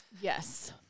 Yes